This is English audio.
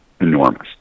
enormous